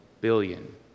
billion